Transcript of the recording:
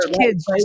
kids